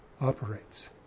operates